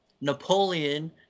Napoleon